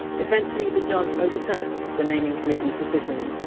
eventually, the judge overturned the naming committee! s decision,